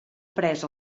pres